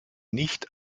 nicht